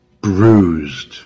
bruised